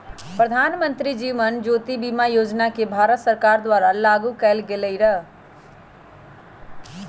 प्रधानमंत्री जीवन ज्योति बीमा योजना के भारत सरकार द्वारा लागू कएल गेलई र